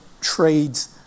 trades